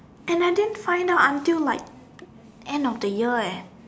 and I didn't find out until like end of the year leh